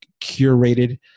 curated